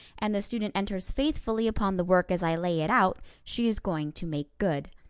and the student enters faithfully upon the work as i lay it out, she is going to make good.